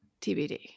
TBD